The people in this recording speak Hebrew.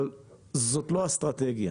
אבל זאת לא אסטרטגיה.